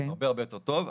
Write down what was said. הרבה הרבה יותר טוב,